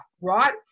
right